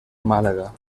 málaga